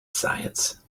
science